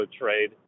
trade